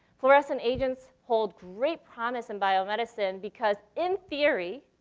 fluorescent agents hold great promise in biomedicine because, in theory,